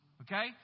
Okay